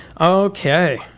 Okay